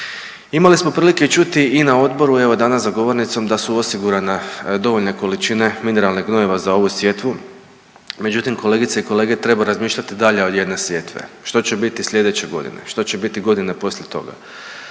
Imali smo prilike i čuti i na odboru evo i danas za govornicom da su osigurane dovoljne količine mineralnih gnojiva za ovu sjetvu, međutim kolegice i kolege treba razmišljati dalje od jedne sjetve. Što će biti slijedeće godine? Što će biti godine poslije toga?